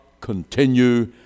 continue